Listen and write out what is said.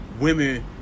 women